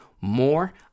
more